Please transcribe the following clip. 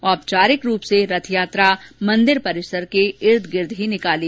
औपचारिक रूप से रथयात्रा मंदिर परिसर के इर्द गिर्द ही निकाली